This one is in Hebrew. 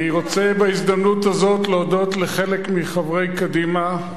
אני רוצה בהזדמנות הזאת להודות לחלק מחברי קדימה,